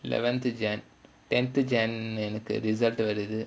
eleventh january tenth january எனக்கு:enakku result வருது:varuthu